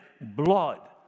blood